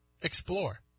explore